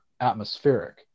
atmospheric